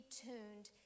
tuned